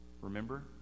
Remember